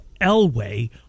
Elway